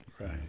Right